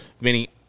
Vinny